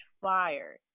fire